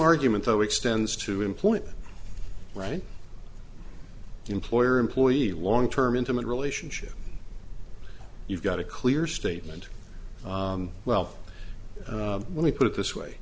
argument though extends to employment right employer employee long term intimate relationship you've got a clear statement well let me put it this way